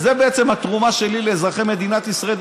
זאת בעצם התרומה שלי לאזרחי מדינת ישראל.